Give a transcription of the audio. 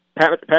Patrick